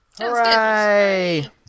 Hooray